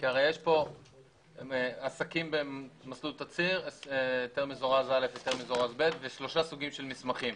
יש כאן עסקים במסלול מזורז א' ובהיתר מזורז ב' ושלושה סוגים שלש מסמכים.